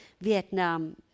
Vietnam